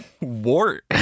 wart